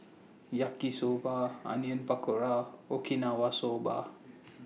Yaki Soba Onion Pakora Okinawa Soba